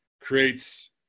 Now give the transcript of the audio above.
creates